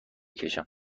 کشم